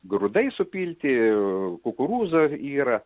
grūdai supilti kukurūzų yra